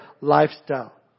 lifestyle